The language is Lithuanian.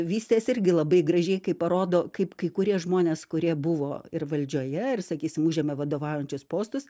vystės irgi labai gražiai kaip parodo kaip kai kurie žmonės kurie buvo ir valdžioje ir sakysim užėmė vadovaujančius postus